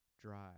drive